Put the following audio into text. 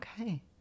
okay